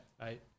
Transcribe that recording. right